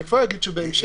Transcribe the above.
אני מבין